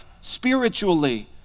spiritually